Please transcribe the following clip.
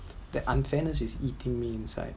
the unfairness is eating me inside